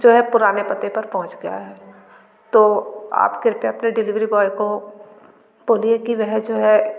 जो है पुराने पते पर पहुंच गया है तो आप कृपया अपने डिलेवरी बॉय को बोलिए कि वह जो है